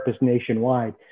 nationwide